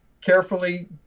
carefully